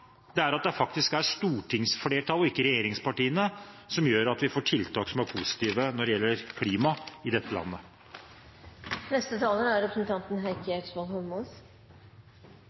det faktisk er stortingsflertallet og ikke regjeringspartiene som gjør at vi får tiltak som er positive for klima i dette landet. Det var representanten